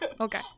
okay